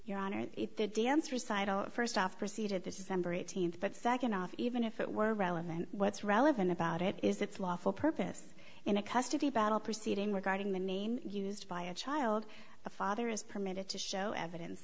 recital first off preceded this is number eighteenth but second off even if it were relevant what's relevant about it is its lawful purpose in a custody battle proceeding regarding the name used by a child a father is permitted to show evidence